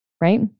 right